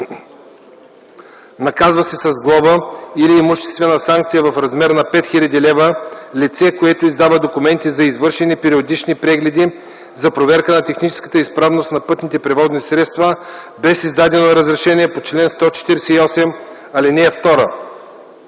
Наказва се с глоба или с имуществена санкция в размер 5000 лв. лице, което издава документи за извършени периодични прегледи за проверка на техническата изправност на пътните превозни средства без издадено разрешение по чл. 148, ал. 2.